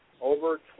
over